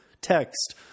text